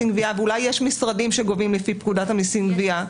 (גבייה) ואולי יש משרדים שגובים לפי פקודת המיסים (גבייה),